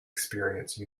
experience